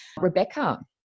Rebecca